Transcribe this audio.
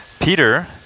Peter